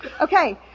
Okay